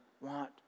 want